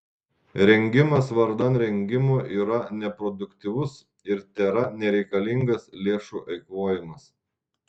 rengimas vardan rengimo yra neproduktyvus ir tėra nereikalingas lėšų eikvojimas